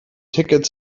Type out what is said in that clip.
ticket